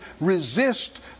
Resist